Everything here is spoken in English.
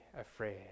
afraid